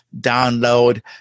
download